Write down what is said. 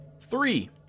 Three